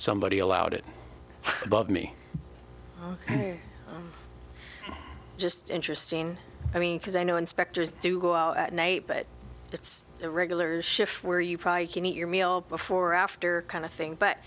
somebody allowed it bugged me just interesting i mean because i know inspectors do go out at night but it's a regular shift where you probably can eat your meal before or after kind of thing but